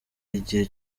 igihe